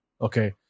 Okay